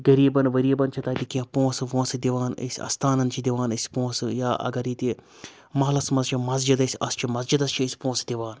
غریٖبَن ؤریٖبَن چھِ تَتہِ کینٛہہ پونٛسہٕ وونٛسہٕ دِوان أسۍ اَستانَن چھِ دِوان أسۍ پونٛسہٕ یا اگر ییٚتہِ مَحلَس منٛز چھِ مسجِد أسۍ اَسہِ چھِ مسجِدَس چھِ أسۍ پونٛسہٕ دِوان